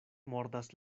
mordas